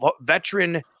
veteran